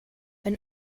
wenn